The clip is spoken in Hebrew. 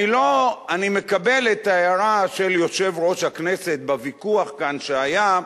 אני מקבל את ההערה של יושב-ראש הכנסת בוויכוח שהיה כאן,